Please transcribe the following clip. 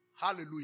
Hallelujah